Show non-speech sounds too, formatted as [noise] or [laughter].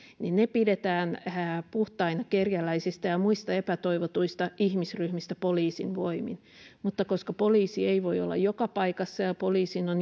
pidetään puhtaina kerjäläisistä ja muista epätoivotuista ihmisryhmistä poliisin voimin mutta koska poliisi ei voi olla joka paikassa ja poliisin on [unintelligible]